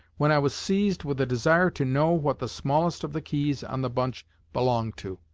when i was seized with a desire to know what the smallest of the keys on the bunch belonged to.